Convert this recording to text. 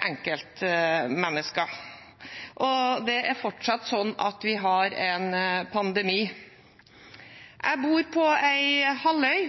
enkeltmennesker. Det er fortsatt slik at vi har en pandemi. Jeg bor på en halvøy.